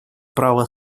право